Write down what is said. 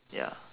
ya